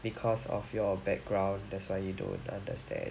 because of your background that's why you don't understand